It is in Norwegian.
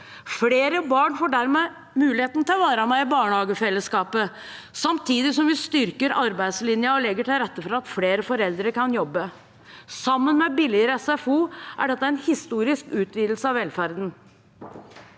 Flere barn får dermed muligheten til å være med i barnehagefellesskapet, samtidig som vi styrker arbeidslinja og legger til rette for at flere foreldre kan jobbe. Sammen med billigere SFO er dette en historisk utvidelse av velferden.